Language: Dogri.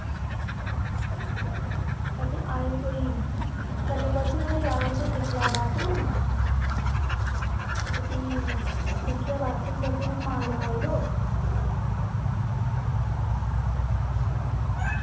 ते आएओ कोई कल्लै परसों धोड़ी आओ ते दिक्खी लैओ बाथरूम ते भी दिक्खियै बाथरूम असेंगी समेआन लखाई ओड़ेओ